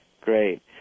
Great